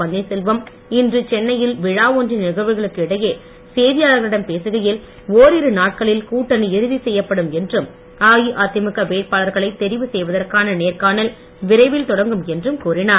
பன்னீர்செல்வம் சென்னையில் விழா ஒன்றின் நிகழ்வுகளுக்கிடையே இன்று செய்தியாளர்களிடம் பேசுகையில் ஓரிரு நாட்களில் கூட்டணி இறுதி செய்யப்படும் என்றும் அஇஅதிமுக வேட்பாளர்களை தெரிவு செய்வதற்கான நேர்காணல் விரைவில் தொடங்கும் என்றும் கூறினார்